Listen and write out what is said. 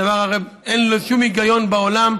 זה הרי דבר שאין בו שום היגיון בעולם,